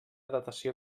datació